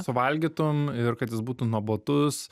suvalgytum ir kad jis būtų nuobodus